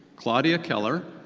claudia keller.